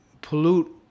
pollute